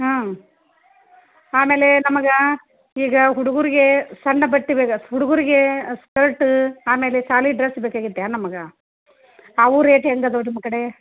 ಹ್ಞೂ ಆಮೇಲೆ ನಮಗೆ ಈಗ ಹುಡ್ಗರಿಗೆ ಸಣ್ಣ ಬಟ್ಟೆ ಬೇಕಾ ಹುಡುಗರಿಗೆ ಸ್ಕರ್ಟ್ ಆಮೇಲೆ ಶಾಲಿ ಡ್ರಸ್ ಬೇಕಾಗೈತೆ ನಮಗೆ ಅವು ರೇಟ್ ಹೆಂಗೆ ಅದಾವು ನಿಮ್ಮ ಕಡೆ